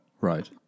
Right